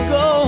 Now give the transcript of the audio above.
go